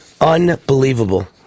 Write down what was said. Unbelievable